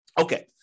Okay